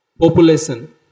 population